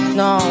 no